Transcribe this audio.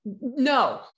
no